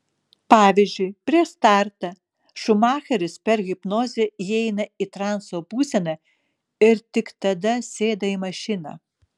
pavyzdžiui prieš startą šumacheris per hipnozę įeina į transo būseną ir tik tada sėda į mašiną